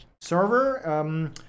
server